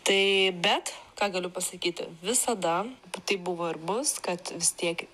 tai bet ką galiu pasakyti visada taip buvo ir bus kad vis tiek